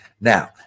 Now